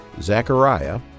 Zechariah